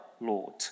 Lord